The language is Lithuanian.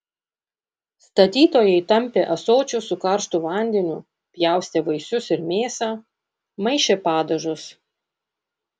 statytojai tampė ąsočius su karštu vandeniu pjaustė vaisius ir mėsą maišė padažus